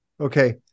Okay